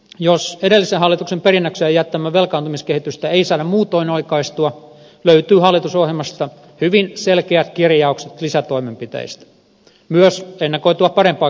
jos edellisen hallituksen perinnökseen jättämää velkaantumiskehitystä ei saada muutoin oikaistua löytyy hallitusohjelmasta hyvin selkeät kirjaukset lisätoimenpiteistä myös ennakoitua parempaa kehitystä varten